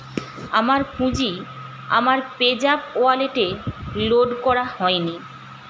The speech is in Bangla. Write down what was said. আমার পুঁজি আমার পেজ্যাপ ওয়ালেটে লোড করা হয় নি